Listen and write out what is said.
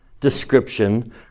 description